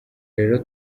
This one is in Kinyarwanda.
rero